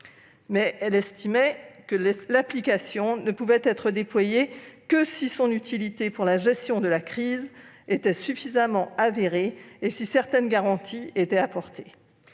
elle estimait que l'application ne pouvait être déployée que si son utilité pour la gestion de la crise était suffisamment avérée et si certaines garanties étaient apportées.